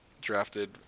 drafted